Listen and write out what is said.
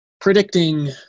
predicting